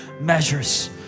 measures